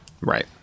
Right